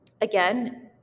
again